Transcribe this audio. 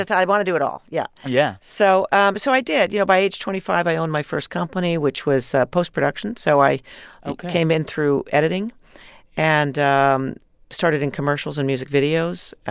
ah i want to do it all. yeah yeah so um so i did. you know, by age twenty five, i owned my first company, which was postproduction. so i came in through editing and um started in commercials and music videos,